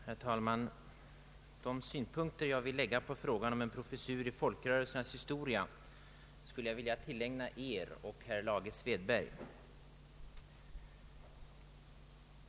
Herr talman! De synpunkter jag nu ämnar lägga på frågan om en professur i folkrörelsernas historia vill jag tillägna herr förste vice talmannen och herr Lage Svedberg.